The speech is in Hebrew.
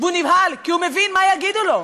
והוא נבהל כי הוא מבין מה יגידו לו.